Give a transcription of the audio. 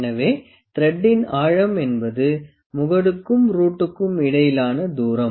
எனவே த்ரெடின் ஆழம் என்பது முகடுக்கும் ரூட்டுக்கும் இடையிலான தூரம்